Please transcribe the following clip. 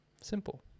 Simple